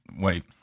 wait